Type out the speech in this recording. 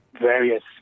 various